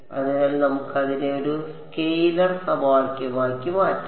അതിനാൽ നമുക്ക് അതിനെ ഒരു സ്കെയിലർ സമവാക്യമാക്കി മാറ്റാം